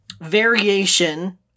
variation